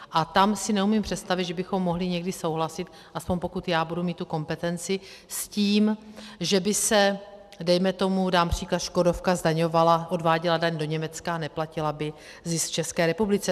A tam si neumím představit, že bychom mohli někdy souhlasit, aspoň pokud já budu mít tu kompetenci, s tím, že by dejme tomu, dám příklad, Škodovka odváděla daň do Německa a neplatila by zisk v České republice.